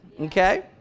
Okay